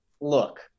Look